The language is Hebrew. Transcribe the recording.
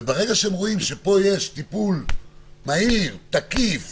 וברגע שהם רואים שיש בזה טיפול מהיר, תקיף